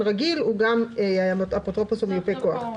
רגיל הוא גם אפוטרופוס או מיופה כוח.